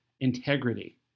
integrity